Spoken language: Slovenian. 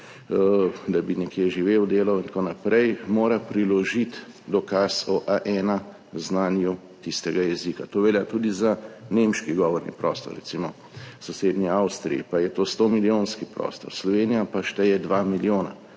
da bi nekje živel, delal in tako naprej, mora priložiti dokaz o A1 znanju tistega jezika. To velja tudi za nemški govorni prostor, recimo v sosednji Avstriji, pa je to 100-milijonski prostor. Slovenija pa šteje 2 milijona,